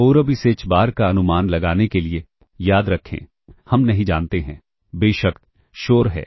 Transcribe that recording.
और अब इस h बार का अनुमान लगाने के लिए याद रखें हम नहीं जानते हैं बेशक शोर है